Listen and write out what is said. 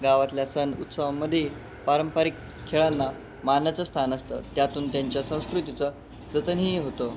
गावातल्या सण उत्सवामध्ये पारंपरिक खेळांना मानाचं स्थान असतं त्यातून त्यांच्या संस्कृतीचं जतनही होतं